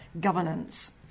governance